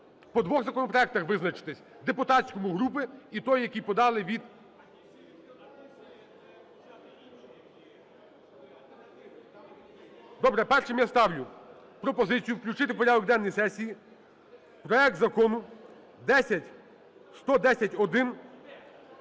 по двох законопроектах визначитись – депутатському, групи і той, який подали від… (Шум у залі) Добре, першим я ставлю пропозицію включити в порядок денний сесії проект Закону 10110-1,